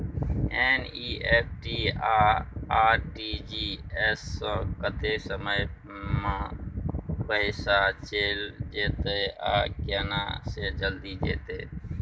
NEFT आ RTGS स कत्ते समय म पैसा चैल जेतै आ केना से जल्दी जेतै?